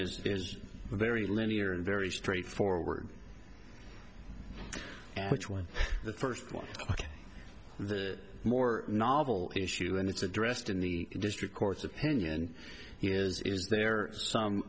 is is very linear and very straightforward which one the first one the more novel issue and it's addressed in the district court's opinion is there some